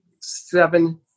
seven